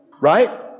right